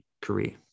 career